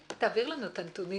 תעביר לנו את הנתונים